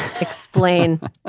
explain